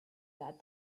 that